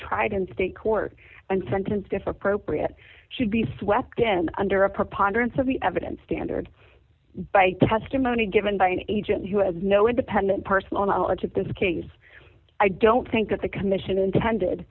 tried in state court and sentenced if a program should be swept in under a preponderance of the evidence standard by testimony given by an agent who has no independent personal knowledge of this case i don't think that the commission intended